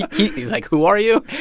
he's like, who are you?